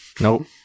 Nope